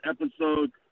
episode